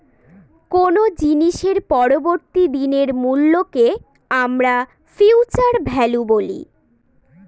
কোনো জিনিসের পরবর্তী দিনের মূল্যকে আমরা ফিউচার ভ্যালু বলি